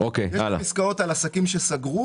יש את הפסקאות על עסקים שסגרו.